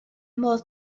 modd